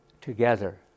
together